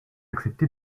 accepté